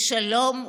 בשלום ובביטחון.